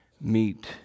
meet